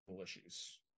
issues